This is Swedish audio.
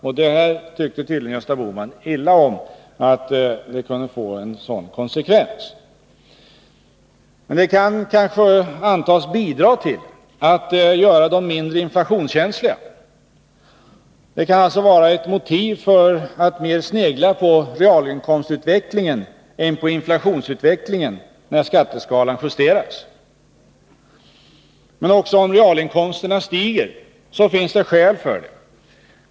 Att det kunde få en sådan konsekvens tyckte tydligen Gösta Bohman illa om. Men det kan kanske antas bidra till att göra dem mindre inflationskänsliga. Det kan alltså vara ett motiv för att mer snegla på realinkomstutvecklingen än på inflationsutvecklingen, när skatteskalan justeras. Men också om realinkomsterna stiger finns det skäl för ett sådant agerande.